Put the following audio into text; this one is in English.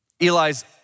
Eli's